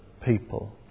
people